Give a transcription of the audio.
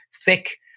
thick